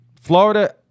Florida